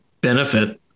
benefit